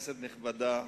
כנסת נכבדה,